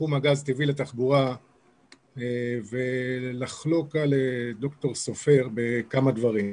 לתחום הגז הטבעי לתחבורה ולחלוק על ד"ר סופר בכמה דברים.